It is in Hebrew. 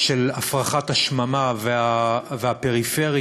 של הפרחת השממה והפריפריה,